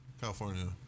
California